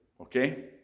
okay